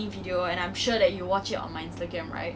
in a really small platform